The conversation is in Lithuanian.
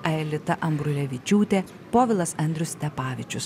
aelita ambrulevičiūtė povilas andrius stepavičius